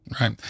Right